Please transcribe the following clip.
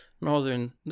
northern